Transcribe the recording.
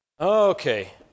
Okay